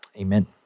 amen